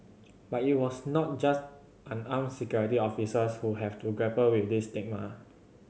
but it was not just unarmed Security Officers who have to grapple with this stigma